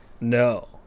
no